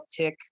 uptick